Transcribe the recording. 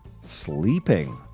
sleeping